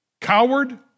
coward